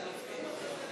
אני עוד פעם לא שומע את